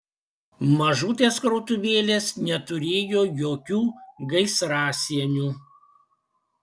mažutės krautuvėlės neturėjo jokių gaisrasienių